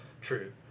true